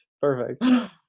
Perfect